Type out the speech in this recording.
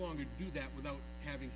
longer do that without having